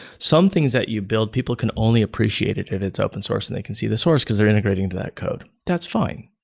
some things that you build, people can only appreciate it if it's open source and they can see the source because they're integrating to that code. that's fine.